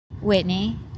Whitney